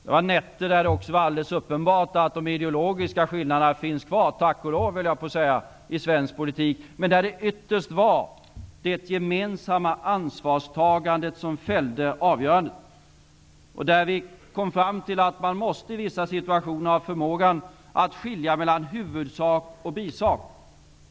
Det var nätter då det var alldeles uppenbart att de ideologiska skillnaderna i svensk politik finns kvar — tack och lov, höll jag på att säga — men då det ytterst var det gemensamma ansvarstagandet som fällde avgörandet. Vi kom då fram till att man i vissa situationer måste ha förmågan att skilja mellan huvudsak och bisak.